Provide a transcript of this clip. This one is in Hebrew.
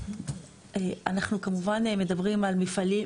אנחנו כמובן מדברים על מפעלים,